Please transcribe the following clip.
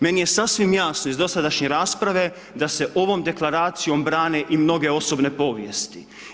Meni je sasvim jasno iz dosadašnje rasprave da se ovom Deklaracijom brane i mnoge osobne povijesti.